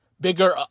bigger